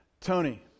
Tony